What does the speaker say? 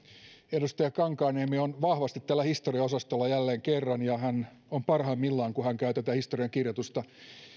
edustaja kankaanniemi on vahvasti täällä historiaosastolla jälleen kerran ja hän on parhaimmillaan kun hän käy tätä historiankirjoitusta